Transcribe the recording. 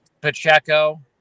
Pacheco